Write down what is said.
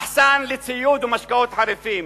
והוא מחסן לציוד ומשקאות חריפים,